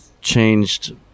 changed